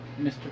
Mr